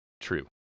True